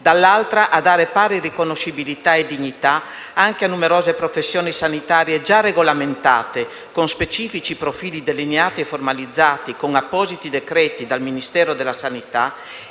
dall'altra, a dare pari riconoscibilità e dignità anche a numerose professioni sanitarie già regolamentate con specifici profili delineati e formalizzati con appositi decreti dal Ministero della salute